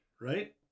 right